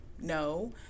No